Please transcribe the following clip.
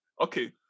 Okay